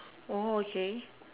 orh okay